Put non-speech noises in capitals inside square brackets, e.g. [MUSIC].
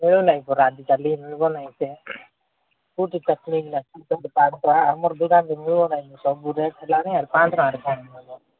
ମିଳୁନାହିଁ ପରା ଆଜିକାଲି ମିଳିବ ନାହିଁ ସେ କୋଉଠି [UNINTELLIGIBLE] ଆମର ଦୋକାନରେ ମିଳିବ ନାହିଁ ସବୁ ରେଟ୍ ହେଲାଣି ଆର ପାଞ୍ଚ ଟଙ୍କାରେ କ'ଣ ମିଳିବ